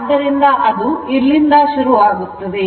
ಆದ್ದರಿಂದ ಅದು ಇಲ್ಲಿಂದ ಶುರುವಾಗುತ್ತದೆ